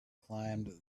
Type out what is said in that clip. climbed